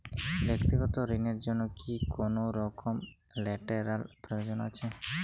ব্যাক্তিগত ঋণ র জন্য কি কোনরকম লেটেরাল প্রয়োজন আছে?